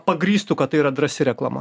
pagrįstų kad tai yra drąsi reklama